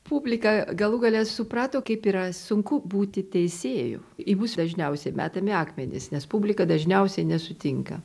publika galų gale suprato kaip yra sunku būti teisėju į mus dažniausiai metami akmenys nes publika dažniausiai nesutinka